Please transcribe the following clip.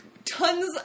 tons